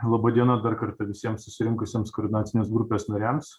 laba diena dar kartą visiems susirinkusiems koordinacinės grupės nariams